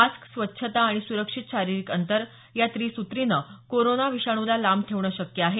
mask स्वच्छता आणि सुरक्षित शारीरिक अंतर या त्रिसुत्रीने कोरोना विषाणूला लांब ठेवणं शक्य आहे